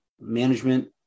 management